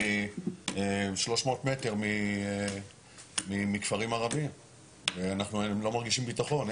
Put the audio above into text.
אני 300 מטר מכפרים ערבים ואנחנו לא מרגישים ביטחון.